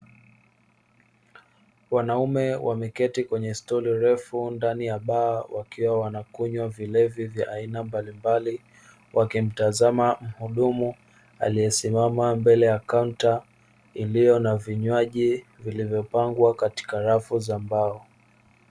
Wanaume wameketi kwenye stuli refu ndani ya baa wakiwa wanakunywa vilevi vya aina mbalimbali, wakimtazama mhudumu aliyesimama mbele ya kaunta iliyo na vinywaji vilivyopangwa katika rafu za mbao.